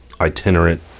itinerant